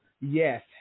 yes